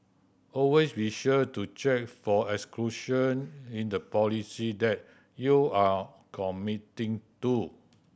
always be sure to check for exclusion in the policy that you are committing to